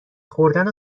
خوردن